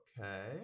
okay